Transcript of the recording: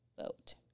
vote